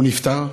הוא נפטר,